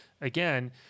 again